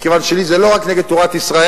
מכיוון שלגבי זה לא רק נגד תורת ישראל,